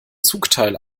zugteil